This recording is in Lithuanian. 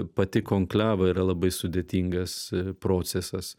pati konklava yra labai sudėtingas procesas